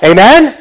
Amen